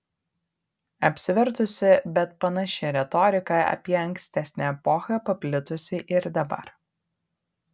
apsivertusi bet panaši retorika apie ankstesnę epochą paplitusi ir dabar